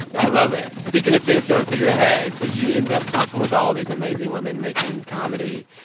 i love it. speaking of things going through your head so you end up talking with all these amazing women making comedy.